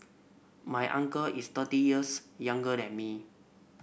my uncle is thirty years younger than me